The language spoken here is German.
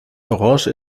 orange